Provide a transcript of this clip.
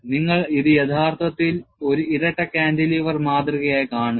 നിങ്ങൾ ഇത് യഥാർത്ഥത്തിൽ ഒരു ഇരട്ട കാന്റിലിവർ മാതൃകയായി കാണുന്നു